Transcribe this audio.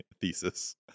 thesis